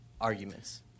arguments